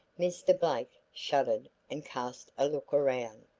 mr. blake shuddered and cast a look around.